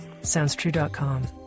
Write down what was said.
SoundsTrue.com